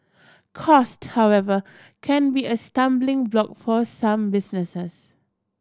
cost however can be a stumbling block for some businesses